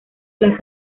las